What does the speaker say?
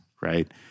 Right